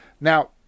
Now